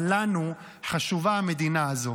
אבל לנו חשובה המדינה הזו.